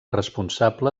responsable